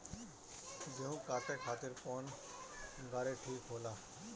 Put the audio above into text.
गेहूं काटे खातिर कौन गाड़ी ठीक होला?